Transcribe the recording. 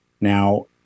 Now